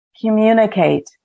communicate